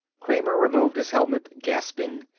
kramer removed his helmet, gasping.